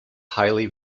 highly